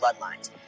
bloodlines